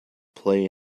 play